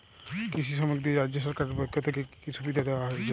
কৃষি শ্রমিকদের রাজ্য সরকারের পক্ষ থেকে কি কি সুবিধা দেওয়া হয়েছে?